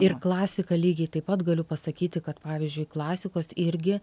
ir klasika lygiai taip pat galiu pasakyti kad pavyzdžiui klasikos irgi